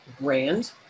brand